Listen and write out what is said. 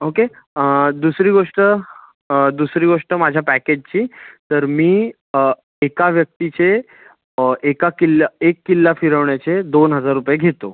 okay दुसरी गोष्ट दुसरी गोष्ट माझ्या पॅकेजची तर मी एका व्यक्तीचे एका किल्ल्या एक किल्ला फिरवण्याचे दोन हजार रुपये घेतो